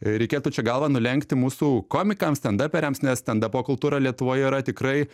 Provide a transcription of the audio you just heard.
reikėtų čia galvą nulenkti mūsų komikams stendaperiams stendapo kultūra lietuvoj yra tikrai